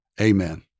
amen